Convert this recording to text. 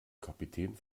kapitän